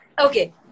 Okay